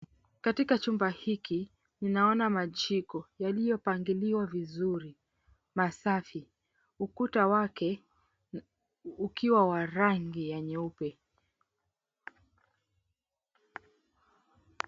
Katika chumba hiki, ninaona majiko yaliyopangiliwa vizuri masafi, ukuta wake ukiwa wa rangi ya nyeupe.